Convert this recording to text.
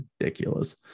ridiculous